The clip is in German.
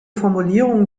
formulierungen